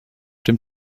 dem